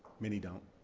many don't.